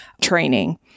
training